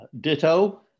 Ditto